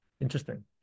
Interesting